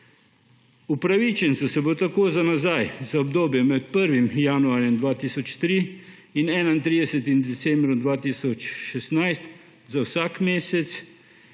Upravičencem se bo tako za nazaj za obdobje med 1. januarjem 2003 in 31. decembrom 2016 za vsak mesec,